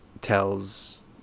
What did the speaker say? tells